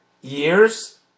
years